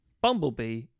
Bumblebee